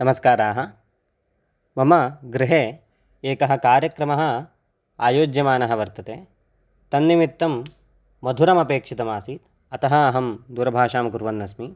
नमस्काराः मम गृहे एकः कार्यक्रमः आयोज्यमानः वर्तते तन्निमित्तं मधुरमपेक्षितमासीत् अतः अहं दूरभाषां कुर्वन्नस्मि